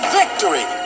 victory